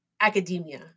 academia